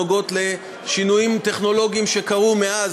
נוגעות לשינויים טכנולוגיים שקרו מאז,